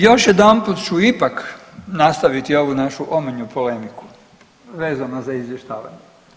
Još jedanput ću ipak nastaviti ovu našu omanju polemiku vezano za izvještavanje.